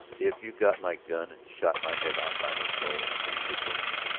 if you got my gun and shot my head off, i don't know who should blame you.